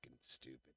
stupid